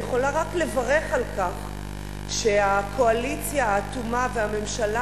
אני יכולה רק לברך על כך שהקואליציה האטומה והממשלה